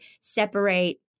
separate